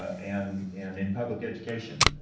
and and in public education,